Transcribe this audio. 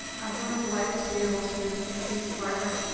um i'm really delighted to be able to introduce a vibrant,